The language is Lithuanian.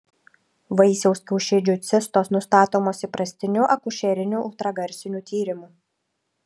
vaisiaus kiaušidžių cistos nustatomos įprastiniu akušeriniu ultragarsiniu tyrimu